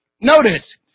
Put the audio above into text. Notice